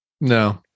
No